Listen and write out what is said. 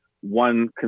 one